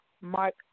Mark